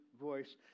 voice